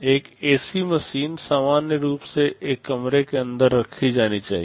एक AC machine सामान्य रूप से एक कमरे के अंदर रखी जानी चाहिए